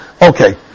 okay